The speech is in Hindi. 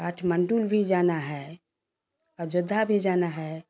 काठमांडू भी जाना है अयोध्या भी जाना है